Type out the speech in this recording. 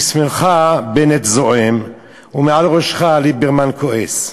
משמאלך בנט זועם, ומעל ראשך ליברמן כועס.